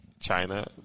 China